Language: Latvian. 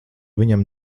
viņam